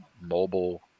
mobile